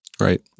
Right